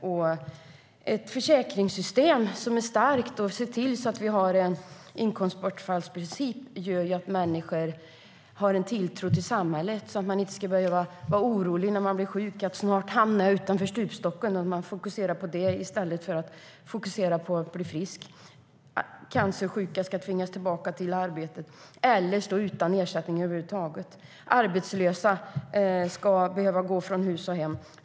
Ett försäkringssystem där det finns en inkomstbortfallsprincip gör att människor har tilltro till samhället så att de inte ska behöva bli oroliga när de blir sjuka, så att de inte fokuserar på att hamna i stupstocken i stället för att fokusera på att bli friska. Cancersjuka ska inte tvingas tillbaka till arbetet, och de ska inte behöva stå utan ersättning över huvud taget. Arbetslösa ska inte behöva gå från hus och hem.